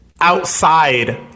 outside